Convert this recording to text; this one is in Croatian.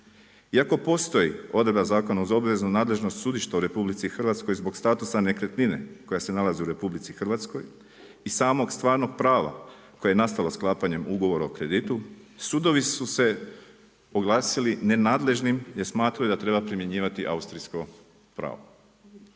Iako postoji odredba zakona o obveznu nadležnost sudišta u RH zbog statusa nekretnine, koja se nalazi u RH, i samog stvarnog prava koje je nastalo sklapanjem ugovora o kreditu, sudovi su se oglasili nenadležnim jer smatraju da treba primjenjivati austrijsko pravo.